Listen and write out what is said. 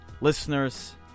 listeners